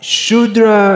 shudra